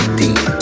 deep